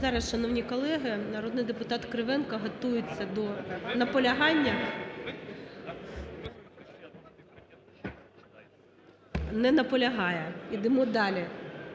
Зараз шановні колеги, народний депутат Кривенко готується до наполягання. Не наполягає. Йдемо далі,